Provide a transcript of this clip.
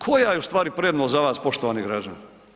Koja je ustvari prednost za vas poštovani građani?